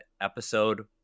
episode